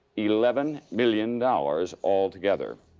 eleven million dollars all together.